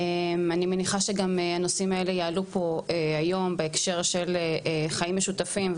אני מניחה שגם הנושאים האלה יעלו פה היום בהקשר של חיים משותפים,